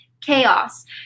chaos